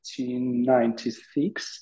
1996